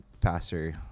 faster